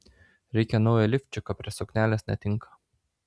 reikia naujo lifčiko prie suknelės netinka